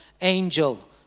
angel